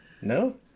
No